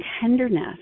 tenderness